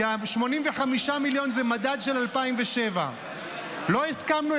כי ה-85 מיליון זה מדד של 2007. לא הסכמנו,